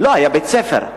היה בית-ספר.